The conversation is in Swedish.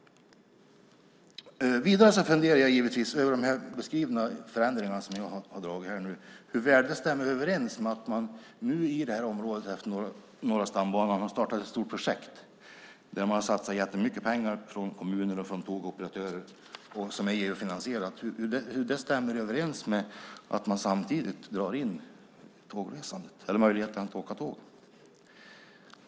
Jag funderar över hur väl de förändringar som jag har beskrivit stämmer överens med att man i området efter Norra stambanan har startat ett stort projekt där kommuner och tågoperatörer har satsat jättemycket pengar. Det är också EU-finansierat. Hur stämmer det överens med att man drar in möjligheten att åka tåg?